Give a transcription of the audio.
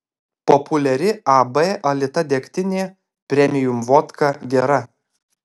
populiari ab alita degtinė premium vodka gera